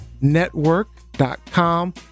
Network.com